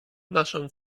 naszą